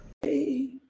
hey